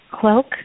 cloak